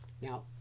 now